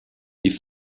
die